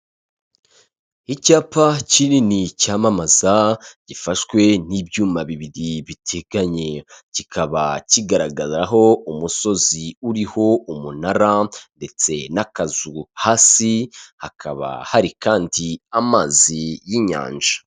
Icyapa kinini cyamamaza gifashwe n'ibyuma bibiri biteganye, kikaba kigaragaraho umusozi uriho umunara ndetse n'akazu, hasi hakaba hari kandi amazi y'inyanja.